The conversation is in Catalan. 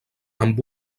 amb